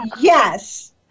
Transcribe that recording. yes